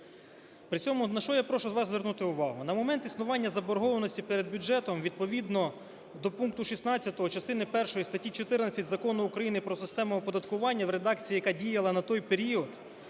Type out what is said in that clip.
При цьому, на що я прошу вас звернути увагу. На момент існування заборгованості перед бюджетом відповідно до пункту 16 частини першої статті 14 Закону України "Про систему оподаткування" в редакції, яка діяла на той період,